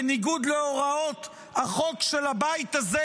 בניגוד להוראות החוק של הבית הזה,